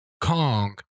Kong